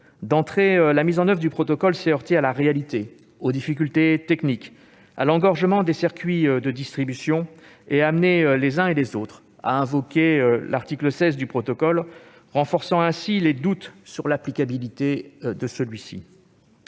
D'entrée, la mise en oeuvre du protocole s'est heurtée à la réalité, aux difficultés techniques, à l'engorgement des circuits de distribution et a amené les uns et les autres à invoquer l'article 16 du protocole, renforçant ainsi les doutes sur l'applicabilité de celui-ci.